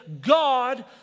God